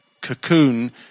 cocoon